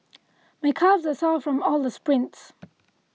my calves are sore from all the sprints